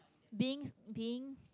being being